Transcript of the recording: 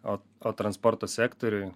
o o transporto sektoriuj